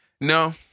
No